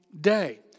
day